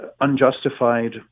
unjustified